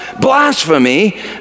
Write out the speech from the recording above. blasphemy